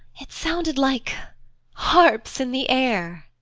it sounded like harps in the air.